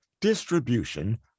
distribution